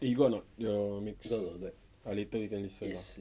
eh you got or not your mix ah later we can listen ah